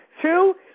Two